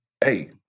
hey